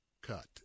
Cut